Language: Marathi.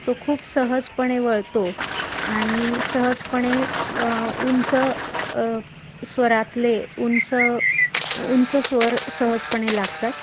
तो खूप सहजपणे वळतो आणि सहजपणे व उंच स्वरातले उंच उंच स्वर सहजपणे लागतात